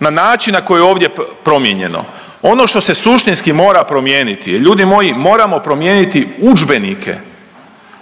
na način na koji je ovdje promijenjeno, ono što se suštinski mora promijeniti ljudi moji moramo promijeniti udžbenike,